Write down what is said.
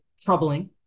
troubling